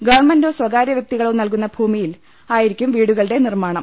ഗവൺമെന്റോ സ്വകാര്യ വ്യക്തിക്ളോ നൽകുന്ന ഭൂമിയിൽ ആയി രിക്കും വീടുകളുടെ നിർമ്മാണം